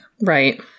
Right